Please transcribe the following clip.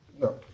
no